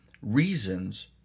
reasons